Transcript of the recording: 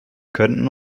könnten